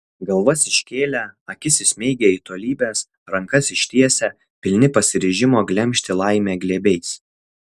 galvas iškėlę akis įsmeigę į tolybes rankas ištiesę pilni pasiryžimo glemžti laimę glėbiais